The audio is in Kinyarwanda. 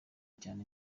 cyane